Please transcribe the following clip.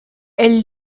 elle